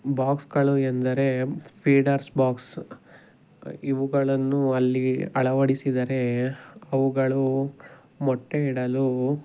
ಬಾಕ್ಸ್ಗಳು ಎಂದರೆ feeders box ಇವುಗಳನ್ನು ಅಲ್ಲಿ ಅಳವಡಿಸಿದರೆ ಅವುಗಳು ಮೊಟ್ಟೆಯಿಡಲು